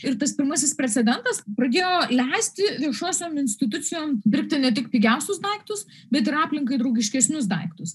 ir tas pirmasis precedentas pradėjo leisti viešosiom institucijom pirkti ne tik pigiausius daiktus bet ir aplinkai draugiškesnius daiktus